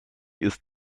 ist